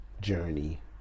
journey